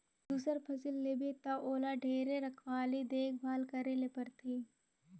दूसर फसिल लेबे त ओला ढेरे रखवाली देख भाल करे ले परथे